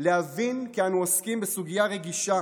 להבין כי אנו עוסקים בסוגיה רגישה